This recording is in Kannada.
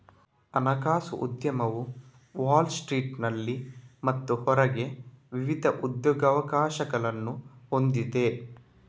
ಹಣಕಾಸು ಉದ್ಯಮವು ವಾಲ್ ಸ್ಟ್ರೀಟಿನಲ್ಲಿ ಮತ್ತು ಹೊರಗೆ ವಿವಿಧ ಉದ್ಯೋಗಾವಕಾಶಗಳನ್ನು ಹೊಂದಿದೆ